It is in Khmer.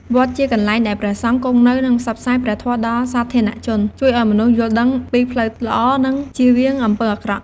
វត្តជាកន្លែងដែលព្រះសង្ឃគង់នៅ និងផ្សព្វផ្សាយព្រះធម៌ដល់សាធារណជន ជួយឱ្យមនុស្សយល់ដឹងពីផ្លូវល្អ និងចៀសវាងអំពើអាក្រក់។